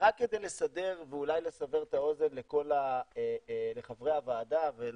כדי לסדר ואולי לסבר את האוזן לחברי הוועדה ולנוכחים,